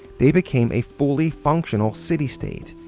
they became a fully functional city state,